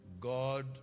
God